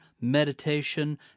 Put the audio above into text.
meditation